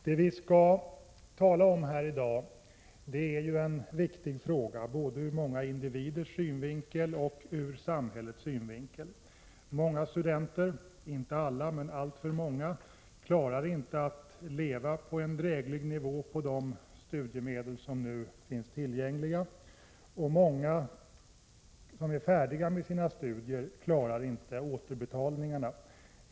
Den fråga vi i dag skall diskutera är mycket viktig både ur många individers och ur samhällets synvinkel. Många studerande, inte alla men alltför många, klarar inte en dräglig levnadsnivå på de studiemedel som nu finns tillgängliga. Många av dem som är färdiga med sina studier klarar inte återbetalningarna.